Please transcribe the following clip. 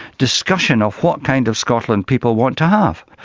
discussion of what kind of scotland people want to have.